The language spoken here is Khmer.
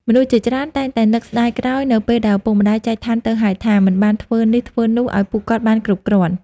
មនុស្សជាច្រើនតែងតែនឹកស្តាយក្រោយនៅពេលដែលឪពុកម្តាយចែកឋានទៅហើយថា មិនបានធ្វើនេះធ្វើនោះឲ្យពួកគាត់បានគ្រប់គ្រាន់។